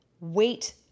wait